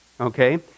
Okay